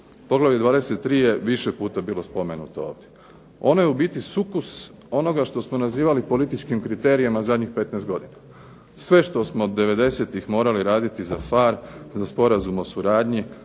Poglavlje 23. je više puta bilo spomenuto ovdje. Ono je u biti sukus onoga što smo nazivali političkim kriterijima zadnjih 15 godina. Sve što smo od '90.-tih morali raditi za PHARE, za Sporazum o suradnji,